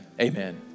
Amen